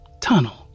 tunnel